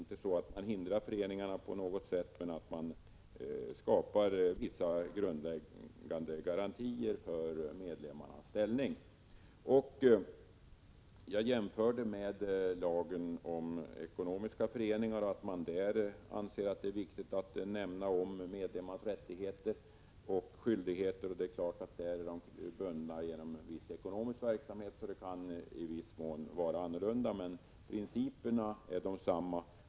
En sådan lag skall inte på något sätt hindra föreningarna, men skapa vissa grundläggande garantier för medlemmarnas ställning. Jag jämförde med lagen om ekonomiska föreningar och pekade på att man när det gäller dem anser det viktigt att lagen omfattar medlemmarnas rättigheter och skyldigheter. Naturligtvis är medlemmarna i det fallet bundna genom viss ekonomisk verksamhet, och deras ställning kan därför i viss mån vara annorlunda, men principerna är desamma.